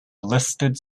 listed